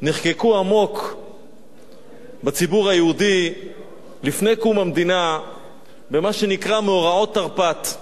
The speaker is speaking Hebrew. נחקקו עמוק בציבור היהודי לפני קום המדינה במה שנקרא מאורעות תרפ"ט.